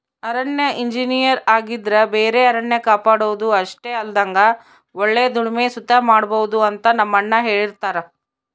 ಅರಣ್ಯ ಇಂಜಿನಯರ್ ಆಗಿದ್ರ ಬರೆ ಅರಣ್ಯ ಕಾಪಾಡೋದು ಅಷ್ಟೆ ಅಲ್ದಂಗ ಒಳ್ಳೆ ದುಡಿಮೆ ಸುತ ಮಾಡ್ಬೋದು ಅಂತ ನಮ್ಮಣ್ಣ ಹೆಳ್ತಿರ್ತರ